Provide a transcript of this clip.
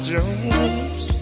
Jones